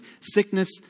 Sickness